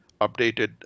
updated